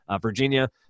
Virginia